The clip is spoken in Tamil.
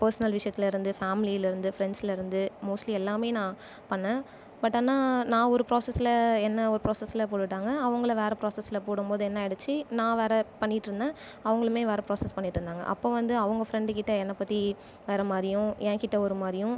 பேர்ஸ்னல் விஷயத்துலேருந்து ஃபேமிலிலேருந்து ஃப்ரெண்ட்ஸ்லேருந்து மோஸ்ட்லி எல்லாமே நான் பண்ண பட் ஆனால் நான் ஒரு ப்ராசஸில் என்ன ஒரு ப்ராசஸில் போட்டுட்டாங்கள் அவங்கள வேறு ப்ராசஸில் போடும்போது என்ன ஆகிடுச்சு நான் வேறு பண்ணிட்டுருந்தேன் அவங்களுமே வேறு ப்ராசஸ் பண்ணிட்ருந்தாங்கள் அப்போ வந்து அவங்க ஃப்ரெண்டு கிட்ட என்ன பற்றி வேறு மாதிரியும் என் கிட்ட ஒரு மாதிரியும்